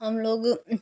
हम लोग